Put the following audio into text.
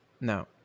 No